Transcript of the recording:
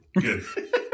Good